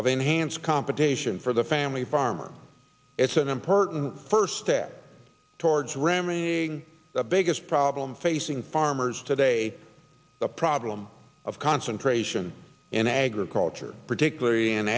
enhanced competition for the family farmer it's an important first step towards ramming the biggest problem facing farmers today the problem of concentration in agriculture particularly in